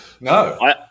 No